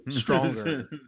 stronger